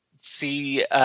see